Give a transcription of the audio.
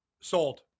Sold